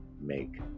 make